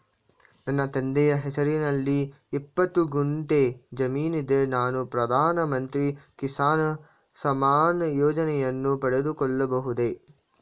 ನನ್ನ ತಂದೆಯ ಹೆಸರಿನಲ್ಲಿ ಇಪ್ಪತ್ತು ಗುಂಟೆ ಜಮೀನಿದೆ ನಾನು ಪ್ರಧಾನ ಮಂತ್ರಿ ಕಿಸಾನ್ ಸಮ್ಮಾನ್ ಯೋಜನೆಯನ್ನು ಪಡೆದುಕೊಳ್ಳಬಹುದೇ?